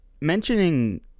mentioning